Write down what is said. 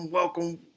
Welcome